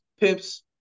pips